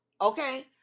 okay